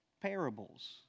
parables